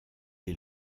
est